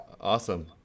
Awesome